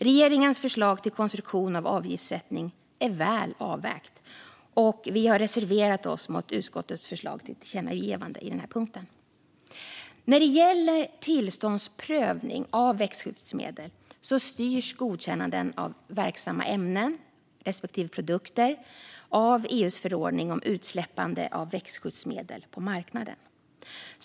Regeringens förslag till konstruktion av avgiftssättning är väl avvägt, och vi har reserverat oss mot utskottets förslag till tillkännagivande i den här punkten. När det gäller tillståndsprövning av växtskyddsmedel styrs godkännanden av verksamma ämnen respektive produkter av EU:s förordning om utsläppande av växtskyddsmedel på marknaden.